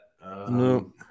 No